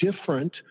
different